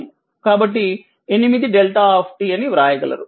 కాబట్టి 8 δ అని వ్రాయగలరు